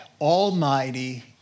almighty